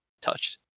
touched